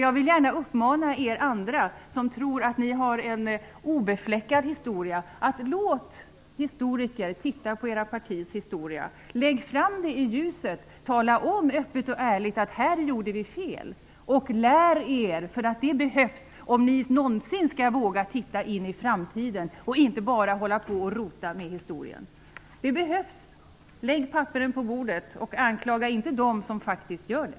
Jag vill gärna uppmana er andra, som tror att ni har en obefläckad historia: Låt historiker se på ert partis historia! Lägg fram den i ljuset! Tala om öppet och ärligt: Här gjorde vi fel. Lär er! Det behövs om ni någonsin skall våga se in i framtiden och inte bara hålla på och rota i historien. Lägg papperen på bordet och anklaga inte dem som faktiskt gör det!